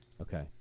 Okay